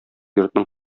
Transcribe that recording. йортның